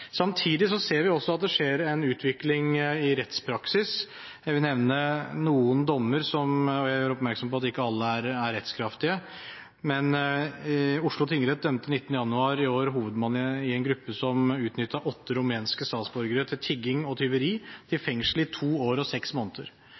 Samtidig ser vi at det skjer en utvikling i rettspraksis. Jeg vil nevne noen dommer, og jeg vil gjøre oppmerksom på at ikke alle er rettskraftige. Oslo tingrett dømte 19. januar i år hovedmannen i en gruppe som utnyttet åtte rumenske statsborgere til tigging og tyveri, til fengsel i to år og seks måneder.